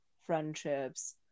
friendships